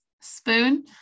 spoon